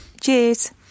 Cheers